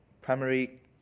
primary